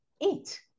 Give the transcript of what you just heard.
eat